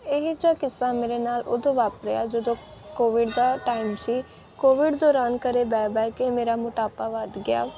ਇਹ ਜਿਹਾ ਕਿੱਸਾ ਮੇਰੇ ਨਾਲ ਉਦੋਂ ਵਾਪਰਿਆ ਜਦੋਂ ਕੋਵਿਡ ਦਾ ਟਾਈਮ ਸੀ ਕੋਵਿਡ ਦੌਰਾਨ ਘਰ ਬਹਿ ਬਹਿ ਕਿ ਮੇਰਾ ਮੋਟਾਪਾ ਵੱਧ ਗਿਆ